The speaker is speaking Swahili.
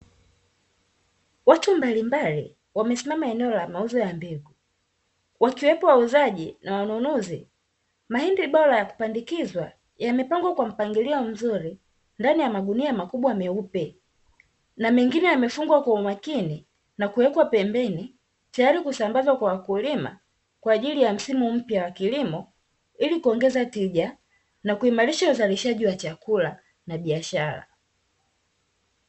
Watu mbalimbali wamesimama eneo la mauzo ya mbegu wakiwepo wauzaji na wanunuzi. mahindi bora ya kupandikizwa yamepangwa kwa mpangilio mzuri ndani ya magunia makubwa meupe na mengine yamefungwa kwa umakini na kuwekwa pembeni tayari kusambazwa kwa wakulima kwa ajili ya msimu mpya wa kilimo ilikuongeza tija na kuimarisha uzalishaji wa chakula na biashara.